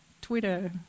Twitter